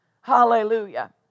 Hallelujah